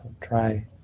try